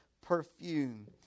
perfume